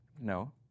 No